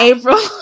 April